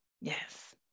Yes